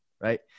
right